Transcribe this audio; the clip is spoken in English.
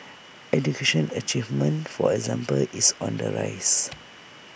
education achievement for example is on the rise